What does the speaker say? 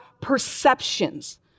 perceptions